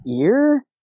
ear